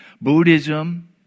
Buddhism